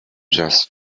just